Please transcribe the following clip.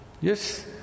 Yes